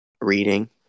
reading